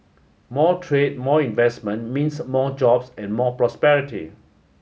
more trade more investment means more jobs and more prosperity